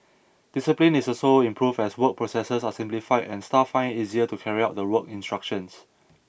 discipline is also improved as work processes are simplified and staff find it easier to carry out the work instructions